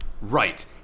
Right